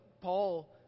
Paul